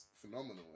phenomenal